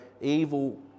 evil